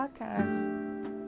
podcast